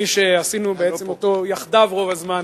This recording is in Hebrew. ומי שעשינו אותו יחדיו רוב הזמן,